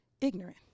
ignorant